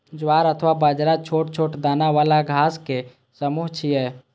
ज्वार अथवा बाजरा छोट छोट दाना बला घासक समूह छियै